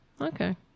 Okay